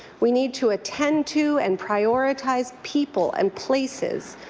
we need to attend to and prioritize people and places.